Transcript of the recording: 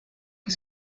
que